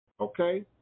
okay